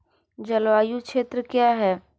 जलवायु क्षेत्र क्या है?